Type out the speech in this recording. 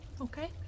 Okay